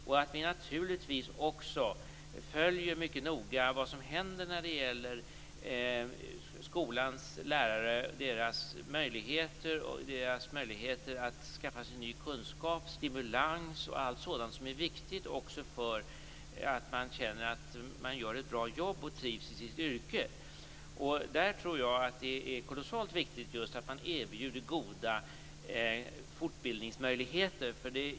Vi måste naturligtvis också mycket noga följa vad som händer när det gäller skolans lärare och deras möjligheter att skaffa sig ny kunskap, stimulans och allt sådant som är viktigt också för att man skall känna att man gör ett bra jobb och trivs i sitt yrke. Jag tror att det är kolossalt viktigt att erbjuda goda fortbildningsmöjligheter.